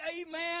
amen